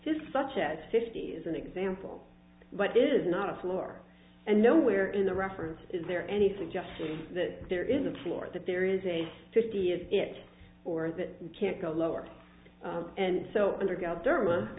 just such at fifty is an example but is not a floor and nowhere in the reference is there any suggestion that there is a floor that there is a fifty year itch or that you can't go lower and so